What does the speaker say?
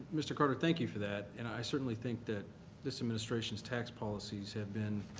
mr. carter, thank you for that. and i certainly think that this administration's tax policies have been